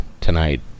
tonight